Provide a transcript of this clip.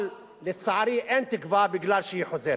אבל, לצערי, אין תקווה מפני שהיא חוזרת.